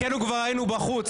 חלקנו כבר היינו בחוץ,